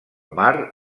mar